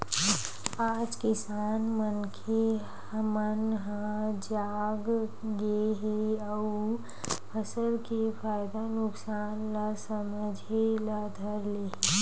आज किसान मनखे मन ह जाग गे हे अउ फसल के फायदा नुकसान ल समझे ल धर ले हे